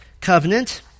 covenant